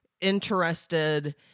interested